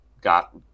got